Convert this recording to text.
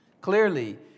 Clearly